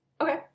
Okay